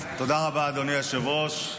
תודה רבה, אדוני היושב-ראש.